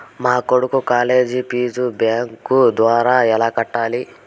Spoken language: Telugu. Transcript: మా కొడుకు కాలేజీ ఫీజు బ్యాంకు ద్వారా ఎలా కట్టాలి?